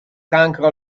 cancro